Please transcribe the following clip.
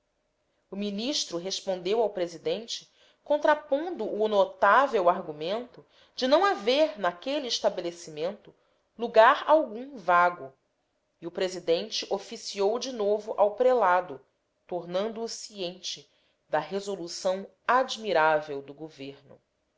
o ministro respondeu ao presidente contrapondo o notável argumento de não haver naquele estabelecimento lugar algum vago e o presidente oficiou de novo ao prelado tornando-o ciente da resolução admirável do governo